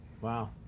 wow